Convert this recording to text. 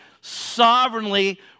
sovereignly